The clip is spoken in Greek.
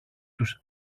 τους